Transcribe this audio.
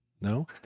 No